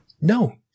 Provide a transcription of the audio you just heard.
No